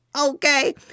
Okay